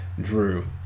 Drew